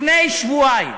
לפני שבועיים.